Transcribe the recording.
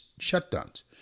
shutdowns